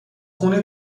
خون